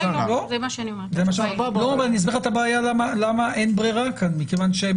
אני אסביר לך את הבעיה למה אין ברירה כאן מכיוון שהם